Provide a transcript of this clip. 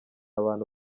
abantu